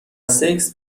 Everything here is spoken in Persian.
سکس